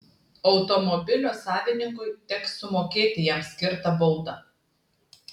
automobilio savininkui teks sumokėti jam skirtą baudą